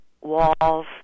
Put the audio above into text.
walls